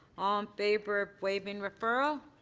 um favor of waiving referral.